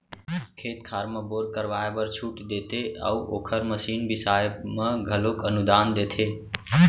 खेत खार म बोर करवाए बर छूट देते अउ ओखर मसीन बिसाए म घलोक अनुदान देथे